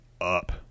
up